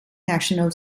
national